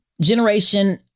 generation